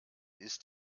ist